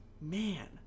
man